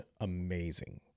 amazing